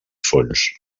fons